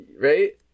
Right